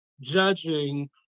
judging